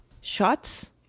shots